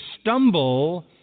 stumble